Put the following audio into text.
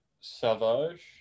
Savage